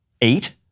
eight